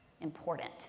important